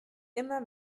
immer